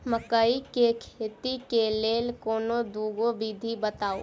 मकई केँ खेती केँ लेल कोनो दुगो विधि बताऊ?